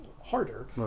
harder